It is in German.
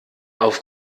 auf